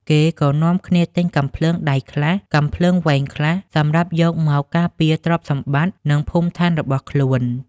គេក៏នាំគ្នាទិញកាំភ្លើងដៃខ្លះ កាំភ្លើងវែងខ្លះ សម្រាប់យកមកការពារទ្រព្យសម្បត្ដិនិងភូមិឋានរបស់ខ្លួន។